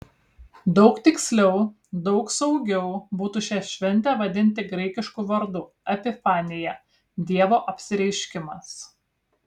daug tiksliau daug saugiau būtų šią šventę vadinti graikišku vardu epifanija dievo apsireiškimas